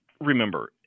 remember